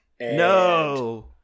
no